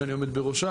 שאני עומד בראשה,